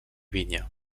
vinya